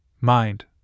mind